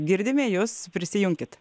girdime jus prisijunkit